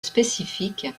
spécifique